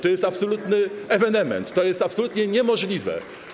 To jest absolutny ewenement, to jest absolutnie niemożliwe.